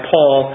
Paul